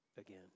again